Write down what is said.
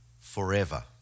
forever